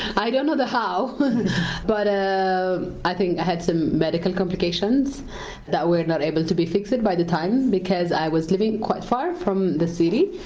i don't know the how but ah i think i had some medical complications that were not able to be fixed by the time because i was living quite far from the city,